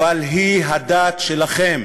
אבל היא הדת שלכם.